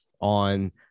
on